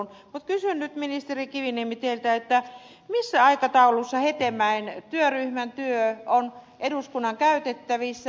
mutta kysyn nyt ministeri kiviniemi teiltä missä aikataulussa hetemäen työryhmän työ on eduskunnan käytettävissä